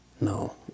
No